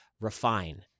refine